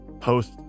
post